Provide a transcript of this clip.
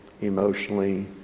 emotionally